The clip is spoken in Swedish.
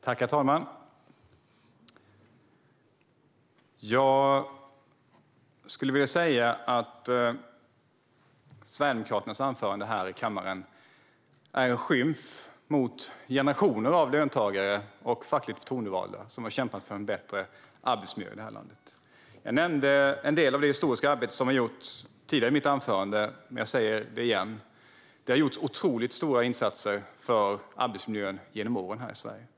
Herr talman! Jag skulle vilja säga att Sverigedemokraternas anförande här i kammaren är en skymf mot generationer av löntagare och fackligt förtroendevalda som har kämpat för en bättre arbetsmiljö i det här landet. Jag nämnde tidigare i mitt anförande en del av det historiska arbete som gjorts, och jag säger det igen: Det har här i Sverige genom åren gjorts otroligt stora insatser för arbetsmiljön.